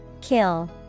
Kill